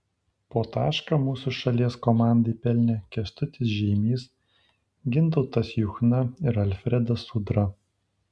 po tašką mūsų šalies komandai pelnė kęstutis žeimys gintautas juchna ir alfredas udra